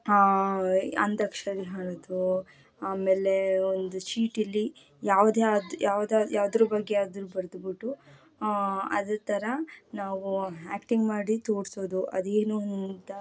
ಅಂತ್ಯಾಕ್ಷರಿ ಹಾಡೋದು ಆಮೇಲೆ ಒಂದು ಶೀಟಲ್ಲಿ ಯಾವುದೇ ಆದ ಯಾವುದ್ರ ಬಗ್ಗೆಯಾದರೂ ಬರ್ದು ಬಿಟ್ಟು ಅದೇ ಥರ ನಾವು ಆಕ್ಟಿಂಗ್ ಮಾಡಿ ತೋರಿಸೋದು ಅದೇನು ಅಂತ